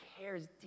cares